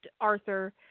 Arthur